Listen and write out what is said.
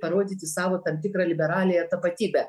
parodyti savo tam tikrą liberaliąją tapatybę